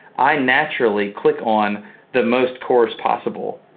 i naturally click on the most cores possible.